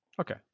Okay